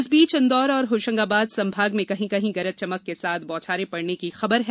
इस बीच इंदौर और होशंगाबाद संभाग के जिलों में कहीं कहीं गरज चमक के साथ बौछारें पड़ने की खबर है